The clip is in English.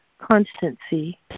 constancy